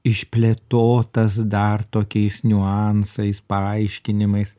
išplėtotas dar tokiais niuansais paaiškinimais